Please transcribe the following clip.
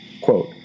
quote